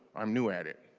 i'm new at it.